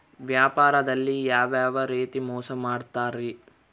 ವ್ಯಾಪಾರದಲ್ಲಿ ಯಾವ್ಯಾವ ರೇತಿ ಮೋಸ ಮಾಡ್ತಾರ್ರಿ?